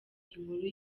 inkuru